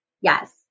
yes